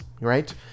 right